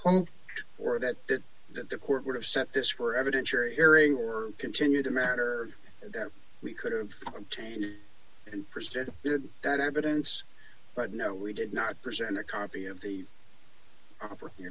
own or that that the court would have sent this for evidence your hearing or continue the matter that we could've contained and presented that evidence but no we did not present a copy of the op